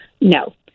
No